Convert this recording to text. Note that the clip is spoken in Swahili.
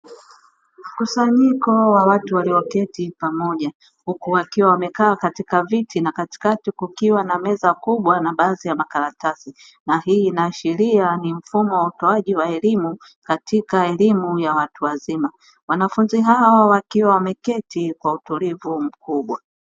Mkusanyiko wa watu walioketi pamoja huku wakiwa wamekaa katika viti na kati kati kukiwa na meza kubwa na baadhi ta makaratasi na hii inaashiria ni mfumo wa utoaji wa elimu katika elimu ya watu wazima wanafunzi hawa wakiwa wameketi kwa utulivu mkubwa.